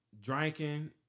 drinking